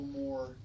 more